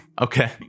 okay